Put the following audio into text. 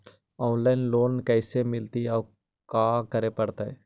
Online loan कैसे मिलतै औ का करे पड़तै?